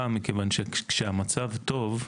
110 מיליון שקלים הוקצו לפיילוט.